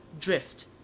drift